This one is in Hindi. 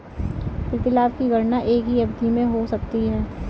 प्रतिलाभ की गणना एक ही अवधि में हो सकती है